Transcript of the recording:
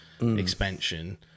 expansion